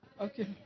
Okay